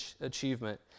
achievement